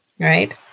Right